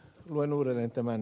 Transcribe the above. luin uudelleen tämän